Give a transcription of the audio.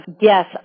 yes